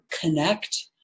connect